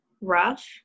rough